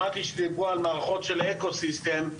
שמעתי שדיברו על מערכות של אקוסיסטם,